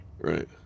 Right